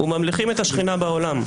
וממליכים את השכינה בעולם.